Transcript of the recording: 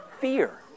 fear